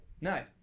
No